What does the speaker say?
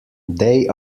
they